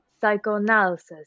psychoanalysis